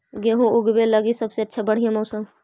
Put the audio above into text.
गेहूँ ऊगवे लगी सबसे बढ़िया मौसम?